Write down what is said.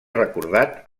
recordat